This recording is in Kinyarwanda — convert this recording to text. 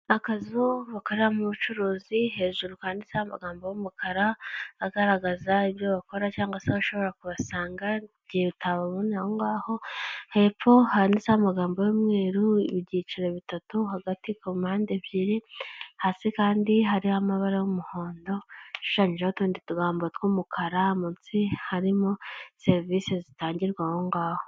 Akazu bakoreramo ubucuruzi hejuru kanditseho amagambo y'umukara, agaragaza ibyo bakora cyangwa se aho ushobora kubasanga igihe utabona ngaho, hepfo handitseho amagambo y'umweru ibyiciro bitatu, hagati, ku mpande ebyiri, hasi kandi hari amabara y'umuhondo ashushanyijeho utundi tugambo tw'umukara, munsi harimo serivise zitangirwa aho ngaho.